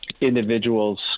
individuals